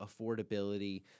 affordability